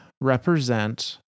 represent